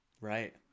Right